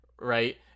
right